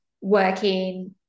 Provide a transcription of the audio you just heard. working